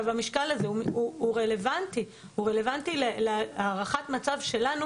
המשקל הזה הוא רלוונטי להערכת מצב שלנו